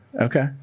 okay